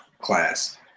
class